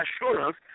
assurance